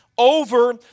over